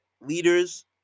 Leaders